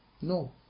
No